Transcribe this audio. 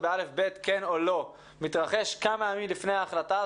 ב-א'-ב' מתרחש כמה ימים לפני ההחלטה,